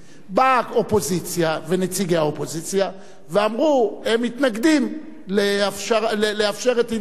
באו האופוזיציה ונציגי האופוזיציה ואמרו שהם מתנגדים לאפשר עניין זה.